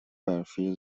برفی